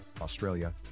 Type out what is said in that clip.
Australia